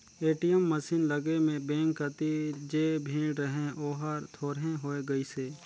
ATM machine लगे में bank कति जे भीड़ रहें ओहर थोरहें होय गईसे